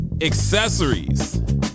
accessories